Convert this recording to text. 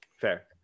fair